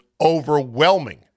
overwhelming